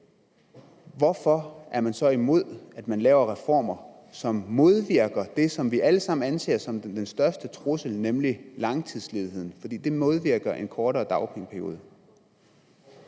hvorfor er Enhedslisten så imod, at man laver reformer, som modvirker det, som vi alle sammen anser som den største trussel, nemlig langtidsledighed, for det modvirker en kortere dagpengeperiode?